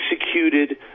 executed